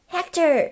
Hector